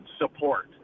support